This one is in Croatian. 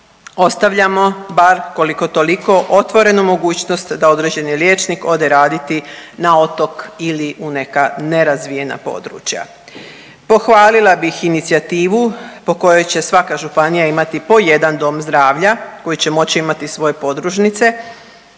ostavljamo bar koliko toliko otvorenu mogućnost da određeni liječnik ode raditi na otok ili u neka nerazvijena područja. Pohvalila bih inicijativu po kojoj će svaka županija imati po jedan dom zdravlja koji će moći imati svoje podružnice